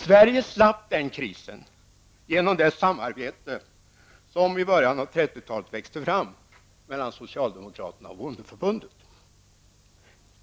Sverige slapp den krisen genom det samarbete som i början av 30-talet växte fram mellan socialdemokraterna och bondeförbundet.